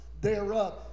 thereof